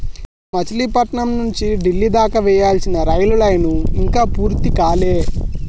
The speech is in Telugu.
మచిలీపట్నం నుంచి డిల్లీ దాకా వేయాల్సిన రైలు లైను ఇంకా పూర్తి కాలే